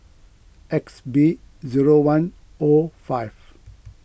X B zero one O five